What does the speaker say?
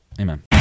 amen